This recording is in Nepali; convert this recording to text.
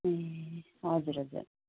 ए हजुर हजुर